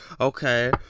okay